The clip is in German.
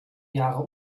jahre